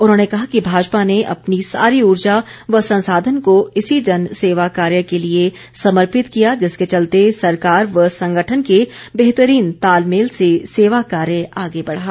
उन्होंने कहा कि भाजपा ने अपनी सारी ऊर्जा व संसाधन को इसी जन सेवा कार्य के लिए समर्पित किया जिसके चलते सरकार व संगठन के बेहतरीन तालमेल से सेवा कार्य आगे बढ़ा